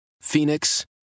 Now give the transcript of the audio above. Phoenix